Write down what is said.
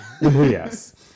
Yes